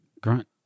Grunt